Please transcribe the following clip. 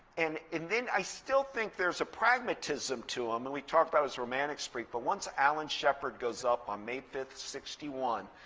and and then i still think there's a pragmatism to him. and we talk about his romantic streak. but once alan shepard goes up on may five, sixty one,